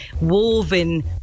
woven